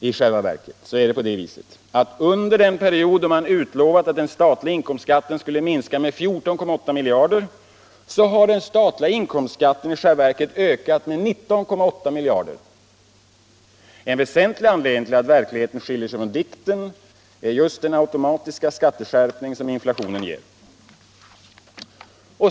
I själva verket är det på det sättet, att under den period då man utlovade att den statliga inkomstskatten skulle minska med 14,8 miljarder har den ökat med 19,8 miljarder. En väsentlig anledning till att verkligheten skiljer sig från dikten är just den automatiska skatteskärpning som inflationen ger.